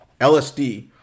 lsd